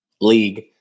league